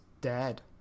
dead